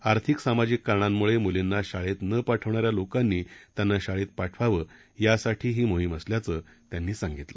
आर्थिक सामाजिक कारणांमुळे मुलींना शाळेत न पाठवणाऱ्या लोकांनी त्यांना शाळेत पाठवावं यासाठी ही मोहीम असल्याचं त्यांनी सांगितलं